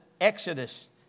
Exodus